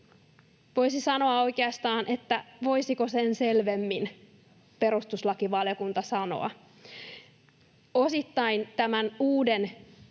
Voisi sanoa oikeastaan, että voisiko sen selvemmin perustuslakivaliokunta sanoa. Osittain tämän uuden